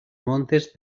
montes